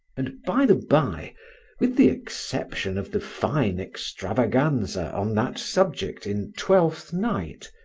and, by-the-bye, with the exception of the fine extravaganza on that subject in twelfth night,